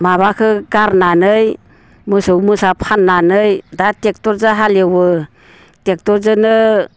माबाखौ गारनानै मोसौ मोसा फाननानै दा टेक्ट'रजों हालेवो टेक्ट'रजोंनो